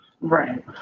Right